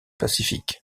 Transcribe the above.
pacifique